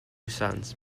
sons